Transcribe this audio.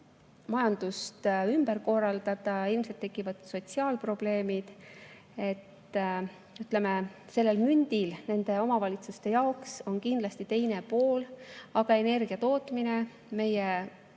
majandust ümber korraldada, ilmselt tekivad sotsiaalprobleemid. Nii et, ütleme, sellel mündil nende omavalitsuste jaoks on kindlasti ka teine pool. Aga energia tootmine meie